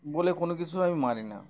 বলে কোনো কিছু আমি মানি না